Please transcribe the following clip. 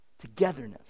togetherness